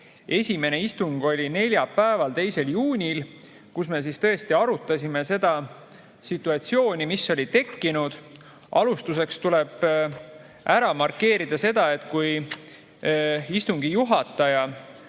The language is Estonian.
Esimene istung oli neljapäeval, 2. juunil, kus me arutasime seda situatsiooni, mis oli tekkinud. Alustuseks tuleb ära markeerida seda, et kui istungi juhataja